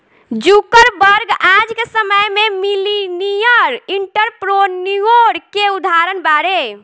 Zuckerberg आज के समय में मिलेनियर एंटरप्रेन्योर के उदाहरण बाड़े